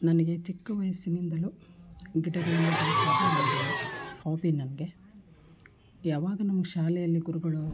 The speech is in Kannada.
ನನಗೆ ಚಿಕ್ಕ ವಯಸ್ಸಿನಿಂದಲೂ ಗಿಡಗಳನ್ನು ಬೆಳೆಸುವುದು ಒಂದು ಹಾಬಿ ನನಗೆ ಯಾವಾಗ ನಮ್ಮ ಶಾಲೆಯಲ್ಲಿ ಗುರುಗಳು